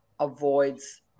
avoids